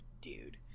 dude